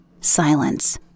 Silence